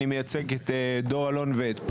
אני מייצג את דור אלון ואת פז,